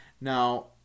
now